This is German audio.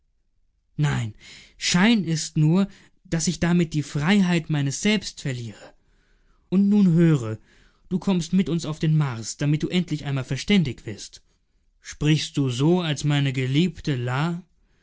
nein schein ist nur daß ich damit die freiheit meines selbst verliere und nun höre du kommst mit uns auf den mars damit du endlich einmal verständig wirst sprichst du so als meine geliebte la